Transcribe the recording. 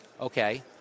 okay